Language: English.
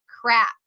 crap